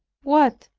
what,